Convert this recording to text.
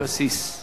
הצעת חוק התקשורת (בזק ושידורים)